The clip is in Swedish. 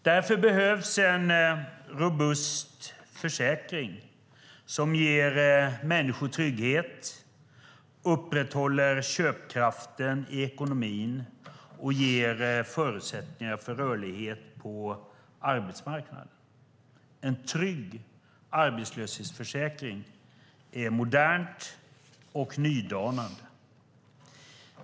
Därför behövs en robust försäkring som ger människor trygghet, upprätthåller köpkraften i ekonomin och ger förutsättningar för rörlighet på arbetsmarknaden. En trygg arbetslöshetsförsäkring är modernt och nydanande.